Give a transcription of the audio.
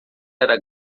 era